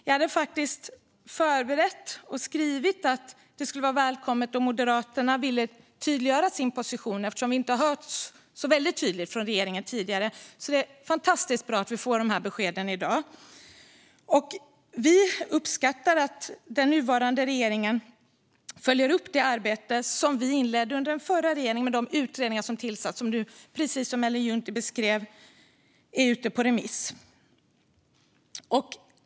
Jag hade faktiskt förberett detta och skrivit att det skulle vara välkommet om Moderaterna ville tydliggöra sin position, eftersom vi inte har hört något tydligt från regeringen tidigare. Därför är det fantastiskt bra att vi får dessa besked i dag. Vi uppskattar att den nuvarande regeringen följer upp det arbete som vi inledde under den förra regeringen. Det gäller de utredningar som tillsattes och som nu, precis som Ellen Juntti beskrev, är ute på remiss.